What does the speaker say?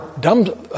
dumb